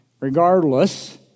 Regardless